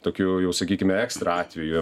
tokiu jau sakykime ekstra atveju